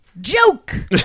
joke